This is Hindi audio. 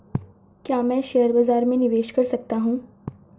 क्या मैं शेयर बाज़ार में निवेश कर सकता हूँ?